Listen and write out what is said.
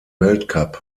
weltcup